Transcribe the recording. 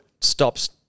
Stops